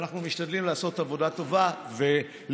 שאנחנו משתדלים לעשות עבודה טובה ולתרום.